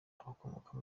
abakomoka